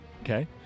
Okay